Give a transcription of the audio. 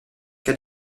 qu’à